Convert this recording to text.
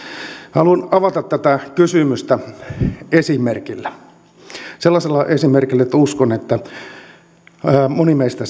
haluan avata tätä kysymystä esimerkillä sellaisella esimerkillä jonka uskon monen meistä